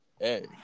hey